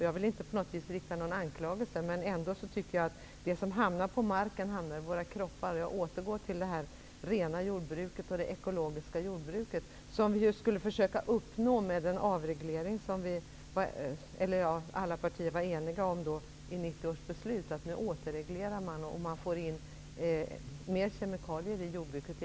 Jag vill inte på något sätt rikta en anklagelse, men jag tycker ändå att det som hamnar på marken hamnar i våra kroppar. Genom den avreglering som alla partier var eniga om i 1990 års beslut skulle vi försöka uppnå ett rent och ekologiskt jordbruk. Men nu återreglerar man och får in mer kemikalier i jordbruket.